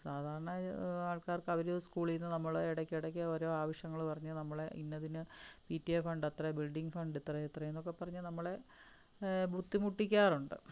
സാധാരണ ആൾക്കാർക്ക് അവര് സ്കൂളീന്ന് നമ്മള് എടയ്ക്ക് എടയ്ക്ക് ഓരോ ആവശ്യങ്ങള് പറഞ്ഞ് നമ്മളെ ഇന്നതിന് പിടിഎ ഫണ്ട് അത്ര ബിൽഡിംഗ് ഫണ്ട് ഇത്ര എത്ര എന്നൊക്കെ പറഞ്ഞ് നമ്മളെ ബുദ്ധിമുട്ടിക്കാറുണ്ട്